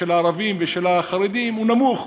הערבים ושל החרדים נמוך.